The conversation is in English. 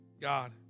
God